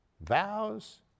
vows